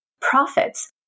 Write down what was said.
profits